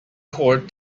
court